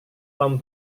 tom